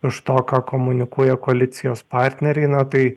iš to ką komunikuoja kolicijos partneriai na tai